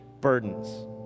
burdens